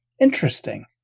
interesting